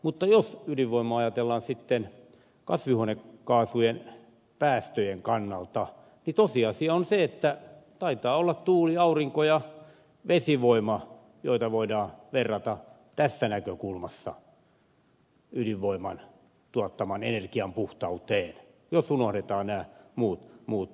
mutta jos ydinvoimaa ajatellaan sitten kasvihuonekaasujen päästöjen kannalta niin tosiasia on se että taitaa olla tuuli aurinko ja vesivoima joita voidaan verrata tässä näkökulmassa ydinvoiman tuottaman energian puhtauteen jos unohdetaan nämä muut seikat